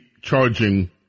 charging